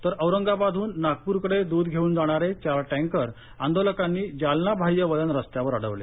तर औरंगाबदहन नागप्रकडे दूध घेऊन जाणारे चार टँकर आंदोलकांनी जालना बाह्य वळण रस्त्यावर अडवले